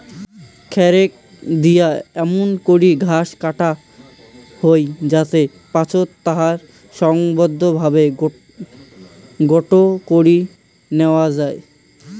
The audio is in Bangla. খ্যার রেক দিয়া এমুন করি ঘাস কাটা হই যাতি পাচোত তায় সংঘবদ্ধভাবে গোটো করি ন্যাওয়া যাই